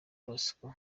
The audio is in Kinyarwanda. bosco